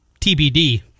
TBD